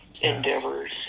endeavors